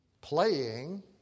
playing